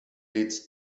leads